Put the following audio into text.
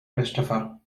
christopher